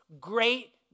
great